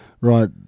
right